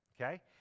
okay